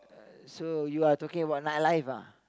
uh so you are taking about nightlife ah